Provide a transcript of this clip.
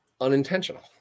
unintentional